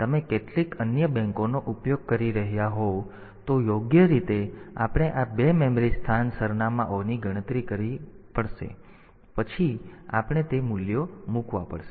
જો તમે કેટલીક અન્ય બેંકોનો ઉપયોગ કરી રહ્યાં હોવ તો યોગ્ય રીતે આપણે આ બે મેમરી સ્થાન સરનામાંઓની ગણતરી કરવી પડશે અને પછી આપણે તે મૂલ્યો મૂકવા પડશે